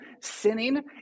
sinning